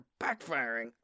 backfiring